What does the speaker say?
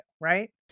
right